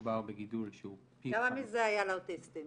מדובר בגידול שהוא פי -- כמה מזה היה לאוטיסטים